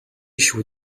шүү